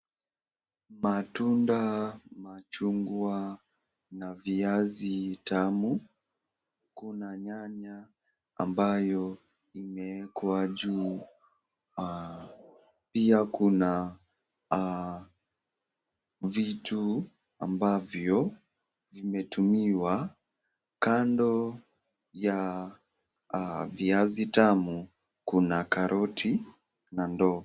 Matunda, machungwa na viazi tamu. Kuna nyanya ambayo imewekwa juu. Pia kuna vitu ambavyo vimetumiwa kando ya viazi tamu kuna karoti na ndoo.